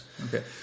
Okay